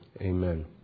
Amen